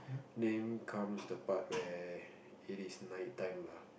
then comes the part where it is night time lah